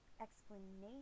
explanation